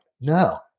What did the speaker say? No